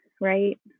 right